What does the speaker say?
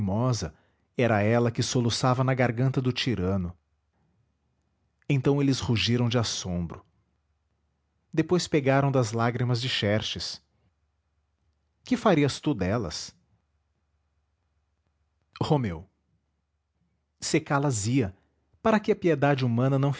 lacrimosa era ela que soluçava na garganta do tirano então eles rugiram de assombro depois pegaram das lágrimas de xerxes que farias tu delas romeu secá las ia para que a piedade humana não